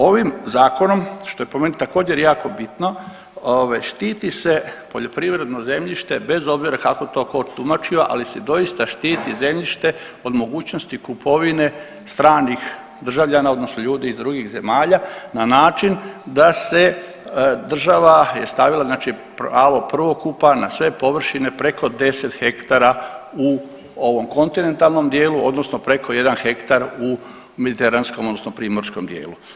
Ovim zakonom što je po meni također jako bitno štiti se poljoprivredno zemljište bez obzira kako to tko tumačio, ali se doista štiti zemljište od mogućnosti kupovine stranih državljana odnosno ljudi iz drugih zemalja na način da se država je stavila znači pravo prvokupa na sve površine preko 10 hektara u ovom kontinentalnom dijelu odnosno preko 1 hektar u mediteranskom odnosno primorskom dijelu.